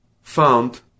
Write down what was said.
found